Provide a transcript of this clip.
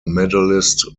medalist